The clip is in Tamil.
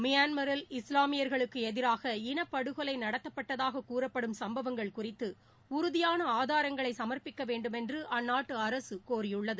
மியான்மரில் இஸ்லாமியர்களுக்கு எதிராக இனப்படுகொலை நடத்தப்பட்டதாகக் கூறப்படும் சம்பவங்கள் குறித்து உறுதியான ஆதாரங்களை சம்ப்பிக்க வேண்டுமென்று அந்நாட்டு அரசு கோரியுள்ளது